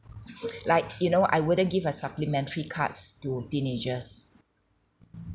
like you know I wouldn't give a supplementary cards to teenagers